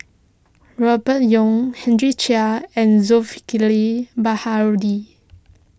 Robert Yeo Henry Chia and Zulkifli Baharudin